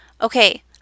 okay